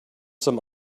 some